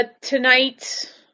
tonight